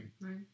Right